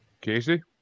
Casey